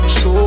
Show